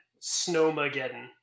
snowmageddon